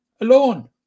alone